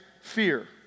fear